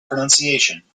pronunciation